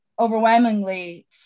overwhelmingly